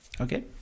Okay